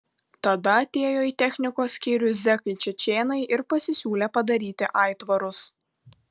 tada atėjo į technikos skyrių zekai čečėnai ir pasisiūlė padaryti aitvarus